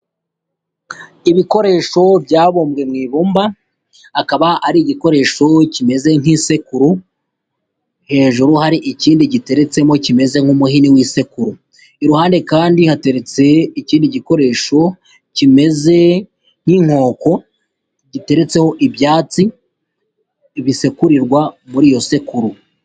Ibikoresho byabumbwe mu ibumba, akaba ari igikoresho kimeze nk'isekuru, hejuru hari ikindi giteretsemo kimeze nk'umuhini w'isekuru, iruhande kandi hateretse ikindi gikoresho kimeze nk'inkoko giteretseho ibyatsi bisekurirwa muri iyo sekuru.